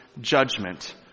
judgment